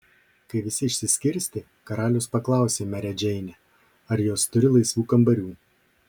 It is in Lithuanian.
kai visi išsiskirstė karalius paklausė merę džeinę ar jos turi laisvų kambarių